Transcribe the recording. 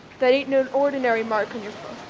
that ain't no ordinary mark on your